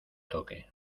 toque